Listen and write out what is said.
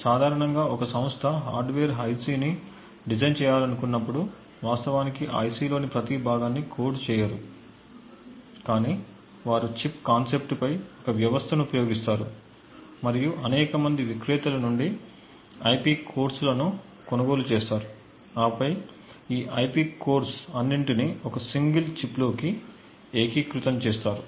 సాధారణంగా ఒక సంస్థ హార్డ్వేర్ ఐసి ని డిజైన్ చేయాలనుకున్నప్పుడు వాస్తవానికి ఆ ఐసిలోని ప్రతి భాగాన్ని కోడ్ చేయరు కానీ వారు చిప్ కాన్సెప్ట్పై ఒక వ్యవస్థను ఉపయోగిస్తారు మరియు అనేక మంది విక్రేతల నుండి ఐపి కోర్స్ ను కొనుగోలు చేస్తారు ఆపై ఈ ఐపి కోర్ లన్నింటిని ఒక సింగిల్ చిప్ లోకి ఇంటిగ్రేట్ చేస్తారు